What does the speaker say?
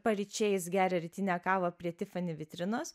paryčiais geria rytinę kavą prie tifani vitrinos